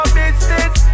business